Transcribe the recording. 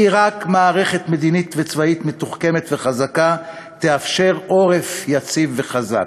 כי רק מערכת מדינית וצבאית מתוחכמת וחזקה תאפשר עורף יציב וחזק.